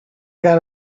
got